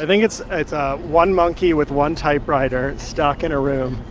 i think it's it's ah one monkey with one typewriter stuck in a room.